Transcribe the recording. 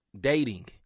dating